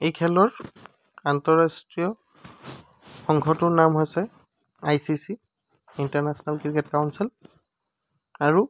এই খেলৰ আন্তঃৰাষ্ট্ৰীয় সংঘটোৰ নাম হৈছে I C C international cricket council আৰু